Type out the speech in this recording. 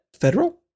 federal